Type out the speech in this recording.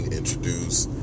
introduced